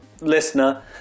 listener